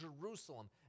Jerusalem